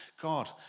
God